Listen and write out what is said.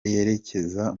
yerekeza